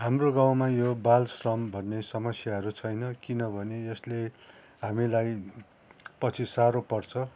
हाम्रो गउँमा यो बालश्रम भन्ने समस्याहरू छैन किन भने यसले हामीलाई पछि साह्रो पर्छ